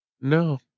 No